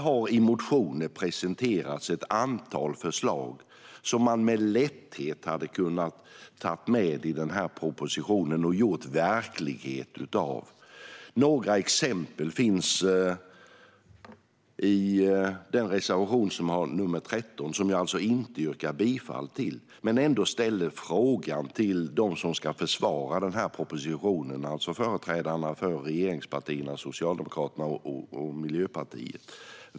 I motioner har det presenterats ett antal förslag som man med lätthet hade kunnat ta med i propositionen och gjort verklighet av. Några exempel finns i reservation 13, som jag alltså inte yrkar bifall till. Men jag ställer ändå frågan till dem som ska försvara den här propositionen, alltså företrädare för regeringspartierna - Socialdemokraterna och Miljöpartiet.